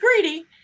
greedy